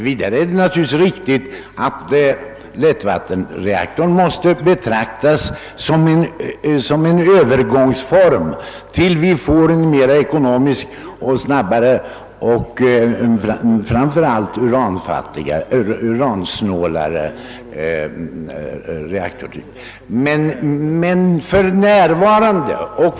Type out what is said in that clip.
Vidare är det naturligtvis riktigt att lättvattenreaktorerna måste betraktas som en öÖvergångsform tills vi får en mera ekonomisk, snabbare och framför allt uransnålare reaktortyp. Men för närvarande och.